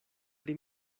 pri